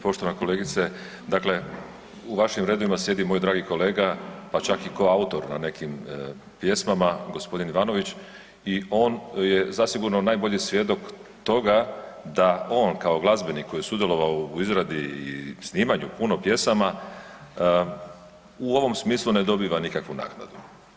Poštovana kolegice, dakle u vašim redovima sjedi moj dragi kolega, pa čak i ko autor na nekim pjesmama g. Ivanović i on je zasigurno najbolji svjedok toga da on kao glazbenik koji je sudjelovao u izradi i snimanju puno pjesama u ovom smislu ne dobiva nikakvu naknadu.